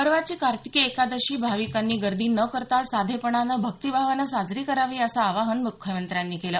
परवाची कार्तिकी एकादशी भाविकांनी गर्दी न करता साधेपणानं भक्तिभावानं साजरी करावी असं आवाहन मुख्यमंत्र्यांनी केलं